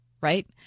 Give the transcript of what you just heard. right